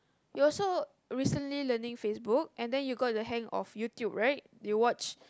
you also recently learning Facebook and then you got a hang of YouTube right do you watch